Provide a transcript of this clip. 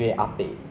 I mean 就是